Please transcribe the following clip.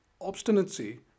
obstinacy